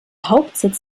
hauptsitz